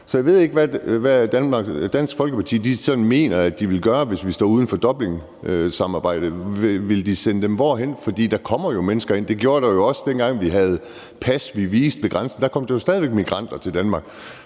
Så jeg ved ikke, hvad Dansk Folkeparti mener de vil gøre, hvis vi står uden for Dublinsamarbejdet. Hvorhen vil de sende dem? For der kommer jo mennesker ind. Det gjorde der også, dengang vi havde pas, vi viste ved grænsen. Der kom der jo stadig væk migranter til Danmark.